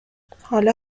حالا